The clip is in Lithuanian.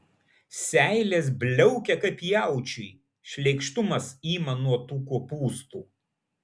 seilės bliaukia kaip jaučiui šleikštumas ima nuo tų kopūstų